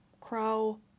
Crow